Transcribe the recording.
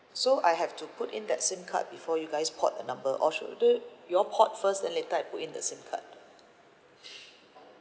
so I have to put in that same card before you guys port the number or should I do~ you all port first then later I put in the SIM card